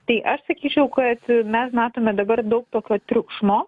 tai aš sakyčiau kad mes matome dabar daug tokio triukšmo